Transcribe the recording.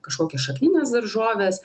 kažkokios šakninės daržovės